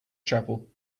chapel